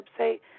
website